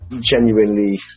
genuinely